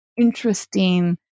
interesting